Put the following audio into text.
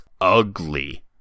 ugly